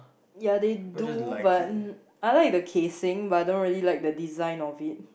yeah they do but I like the casing but I don't really like the design of it